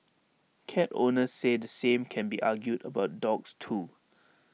cat owners say the same can be argued about dogs too